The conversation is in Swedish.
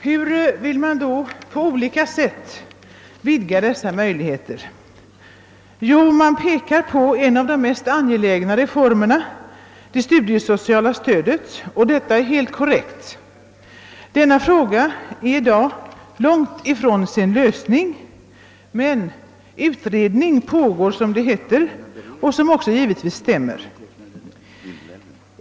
Hur vill man då på olika sätt vidga dessa möjligheter? Jo, man pekar på en av de mest angelägna reformerna — det studiesociala stödet — och det är helt korrekt. Denna fråga är i dag långt från sin lösning — men utredning pågår, som det heter. Detta stämmer också.